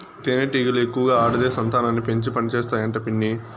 తేనెటీగలు ఎక్కువగా ఆడదే సంతానాన్ని పెంచి పనిచేస్తాయి అంట పిన్ని